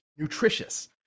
nutritious